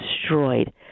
destroyed